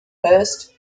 hurst